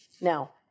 Now